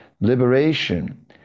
liberation